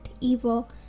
evil